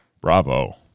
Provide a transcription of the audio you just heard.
Bravo